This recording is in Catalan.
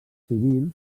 civils